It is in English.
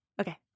okay